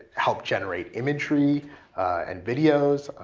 help generate imagery and videos.